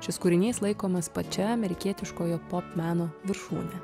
šis kūrinys laikomas pačia amerikietiškojo pop meno viršūne